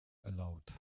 aloud